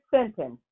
sentence